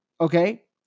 okay